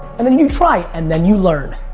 and then you try and then you learn.